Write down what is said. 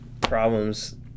problems